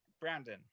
Brandon